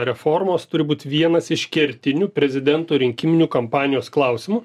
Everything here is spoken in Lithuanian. reformos turi būt vienas iš kertinių prezidento rinkiminių kampanijos klausimų